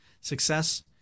Success